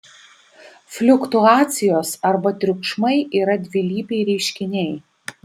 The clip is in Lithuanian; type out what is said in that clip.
fliuktuacijos arba triukšmai yra dvilypiai reiškiniai